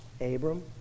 Abram